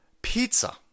pizza